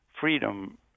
freedom